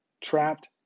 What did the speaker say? trapped